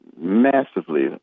Massively